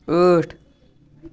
ٲٹھ